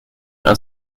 and